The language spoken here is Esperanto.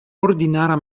ordinara